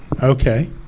Okay